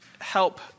help